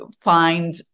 find